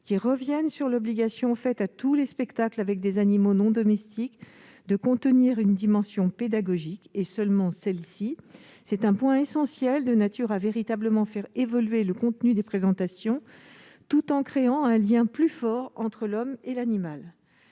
à revenir sur l'obligation faite à tous les spectacles présentant des animaux non domestiques de revêtir une dimension pédagogique, et seulement celle-ci. Il s'agit là d'un point essentiel, de nature à faire véritablement évoluer le contenu des présentations tout en créant un lien plus fort entre l'homme et l'animal.